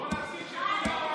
איציק, מה אתה מציע?